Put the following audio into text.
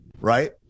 right